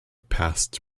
passed